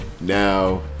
now